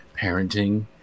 parenting